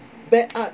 bad art